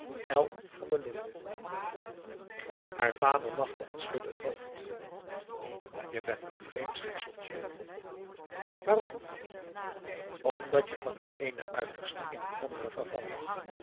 van der linden haar vader lachte en schudde het hoofd je bent toch n vreemd schepseltje waarom omdat je van het eene uiterste in het andere vervalt